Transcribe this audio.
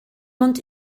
ond